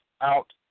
out